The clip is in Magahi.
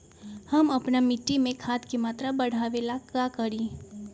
हम अपना मिट्टी में खाद के मात्रा बढ़ा वे ला का करी?